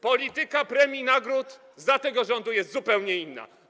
Polityka premii i nagród za tego rządu jest zupełnie inna.